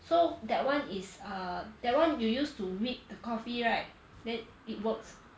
so that one is err that one you use to whip the coffee right then it works